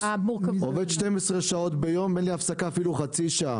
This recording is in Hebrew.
שעובד 12 שעות ואין לי הפסקה אפילו חצי שעה.